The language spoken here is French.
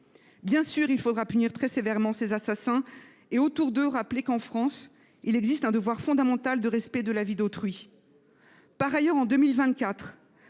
Bien sûr, il faudra punir ces assassins très sévèrement et, autour d’eux, rappeler qu’en France il existe un devoir fondamental de respect de la vie d’autrui. Par ailleurs, en 2024,